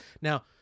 Now